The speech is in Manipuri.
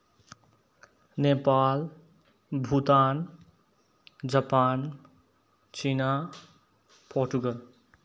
Nepal Bhutan Japan China Portugal